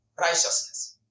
righteousness